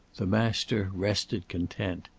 the master rested content.